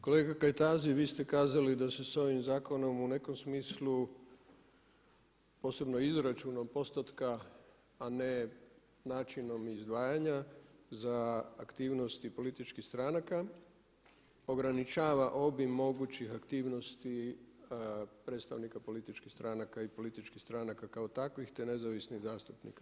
Kolega Kajtazi vi ste kazali da se s ovim zakonom u nekom smislu posebnog izračuna postotka, a ne načinom izdvajanja za aktivnosti političkih stranaka ograničava obim mogućih aktivnosti predstavnika političkih stranaka i političkih stranaka kao takvih te nezavisnih zastupnika.